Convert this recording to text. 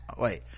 wait